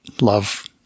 love